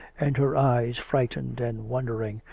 and her eyes frightened and wondering,